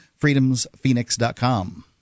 freedomsphoenix.com